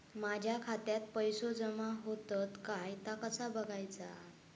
माझ्या खात्यात पैसो जमा होतत काय ता कसा बगायचा?